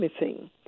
missing